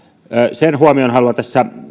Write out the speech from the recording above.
sen huomion haluan tässä